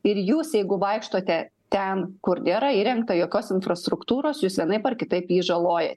ir jūs jeigu vaikštote ten kur nėra įrengta jokios infrastruktūros jūs vienaip ar kitaip jį žalojat